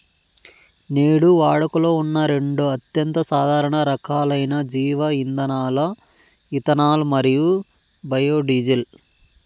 నేడు వాడుకలో ఉన్న రెండు అత్యంత సాధారణ రకాలైన జీవ ఇంధనాలు ఇథనాల్ మరియు బయోడీజిల్